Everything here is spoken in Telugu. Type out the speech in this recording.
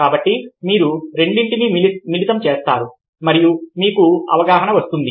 కాబట్టి మీరు రెండింటినీ మిళితం చేస్తారు మరియు మీకు అవగాహన వస్తుంది